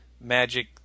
magic